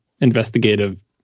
investigative